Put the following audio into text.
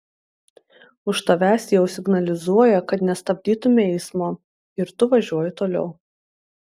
už tavęs jau signalizuoja kad nestabdytumei eismo ir tu važiuoji toliau